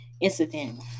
incident